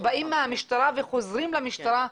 שבאים מהמשטרה וחוזרים למשטרה,